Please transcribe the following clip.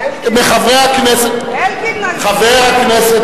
חברת הכנסת